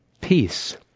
Peace